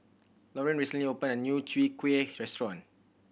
Loren recently opened a new Chwee Kueh restaurant